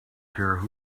care